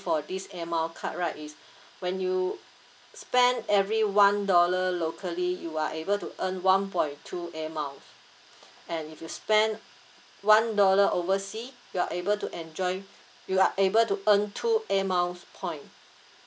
for this air mile card right is when you spend every one dollar locally you are able to earn one point two air miles and if you spend one dollar oversea you are able to enjoy you are able to earn two air miles point